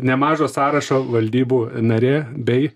nemažo sąrašo valdybų narė bei